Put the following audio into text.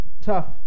Tough